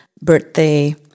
birthday